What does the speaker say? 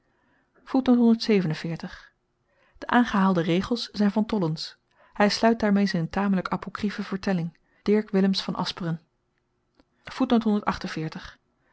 de aangehaalde regels zyn van tollens hy sluit daarmee z'n tamelyk apokriefe vertelling dirk willemsz van asperen